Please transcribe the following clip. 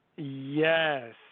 Yes